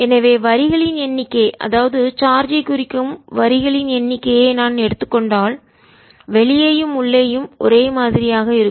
எனவே வரிகளின் எண்ணிக்கைஅதாவது சார்ஜ் ஐ குறிக்கும் வரிகளின் எண்ணிக்கையை நான் எடுத்துக் கொண்டால் வெளியேயும் உள்ளேயும் ஒரே மாதிரியாக இருக்கும்